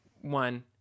one